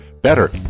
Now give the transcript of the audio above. better